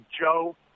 Joe